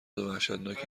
وحشتناکی